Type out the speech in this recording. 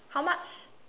how much